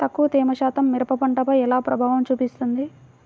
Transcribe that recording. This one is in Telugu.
తక్కువ తేమ శాతం మిరప పంటపై ఎలా ప్రభావం చూపిస్తుంది?